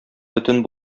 бөтен